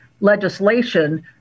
legislation